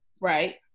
Right